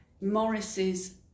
Morris's